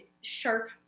sharp